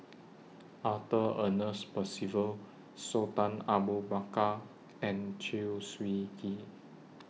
Arthur Ernest Percival Sultan Abu Bakar and Chew Swee Kee